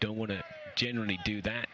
don't want to generally do that